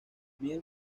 miguel